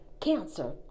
cancer